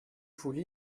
foule